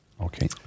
okay